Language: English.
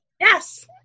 Yes